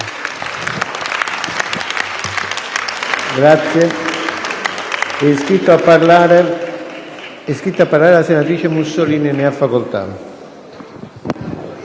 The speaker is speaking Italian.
È iscritta a parlare la senatrice Mussolini. Ne ha facoltà.